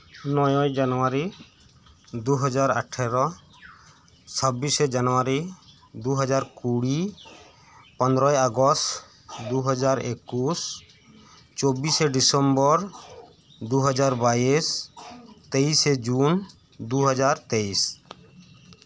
ᱱᱚᱭᱮᱹᱭ ᱡᱟᱱᱩᱣᱟᱨᱤ ᱫᱩᱦᱟᱡᱟᱨ ᱟᱴᱷᱮᱨᱚ ᱪᱷᱟᱵᱽᱵᱤᱥᱮ ᱡᱟᱱᱩᱣᱟᱨᱤ ᱫᱩᱦᱟᱡᱟᱨ ᱠᱩᱲᱤ ᱯᱚᱱᱮᱨᱚᱭ ᱟᱜᱚᱥᱴ ᱫᱩᱦᱟᱡᱟᱨ ᱮᱠᱩᱥ ᱪᱚᱵᱽᱵᱤᱥᱮ ᱰᱤᱥᱮᱢᱵᱚᱨ ᱫᱩᱦᱟᱡᱟᱨ ᱵᱟᱭᱤᱥ ᱛᱮᱭᱤᱥᱮ ᱡᱩᱱ ᱫᱩᱦᱟᱡᱟᱨ ᱛᱮᱭᱤᱥ